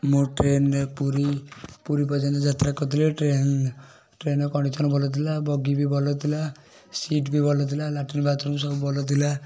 ମୁଁ ଟ୍ରେନ୍ରେ ପୁରୀ ପୁରୀ ପର୍ଯ୍ୟନ୍ତ ଯାତ୍ରା କରିଥିଲି ଟ୍ରେନ୍ ଟ୍ରେନ୍ର କଣ୍ଡିସନ୍ ଭଲଥିଲା ବଗି ବି ଭଲଥିଲା ସିଟ୍ ବି ଭଲଥିଲା ଲାଟ୍ରିନ୍ ବାଥ୍ ରୁମ୍ ସବୁ ଭଲଥିଲା